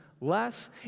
less